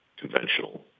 conventional